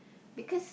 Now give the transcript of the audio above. because